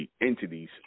entities